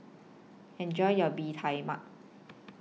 Enjoy your Bee Tai Mak